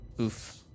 Oof